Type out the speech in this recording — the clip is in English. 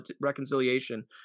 reconciliation